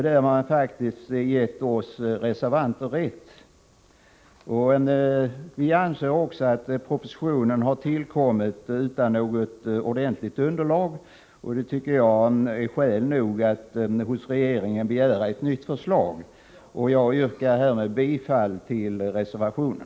Där har man faktiskt givit oss reservanter rätt. den Vi anser också att propositionen tillkommit utan något ordentligt under lag, och det tycker jag är skäl nog att hos regeringen begära ett nytt förslag. Jag yrkar bifall till reservationen.